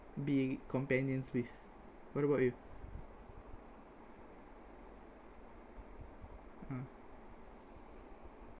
be companions with what about you ah